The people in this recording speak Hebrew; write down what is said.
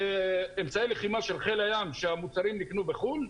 אמצעי לחימה של חיל הים שנקנו בחו"ל,